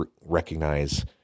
recognize